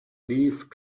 leave